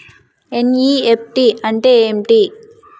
NEFT అంటే ఎంటి?